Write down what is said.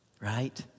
right